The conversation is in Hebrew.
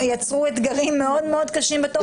תודה רבה.